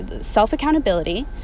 self-accountability